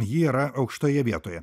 ji yra aukštoje vietoje